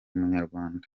munyarwanda